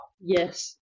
Yes